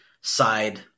side